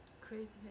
Crazy